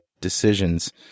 decisions